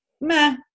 meh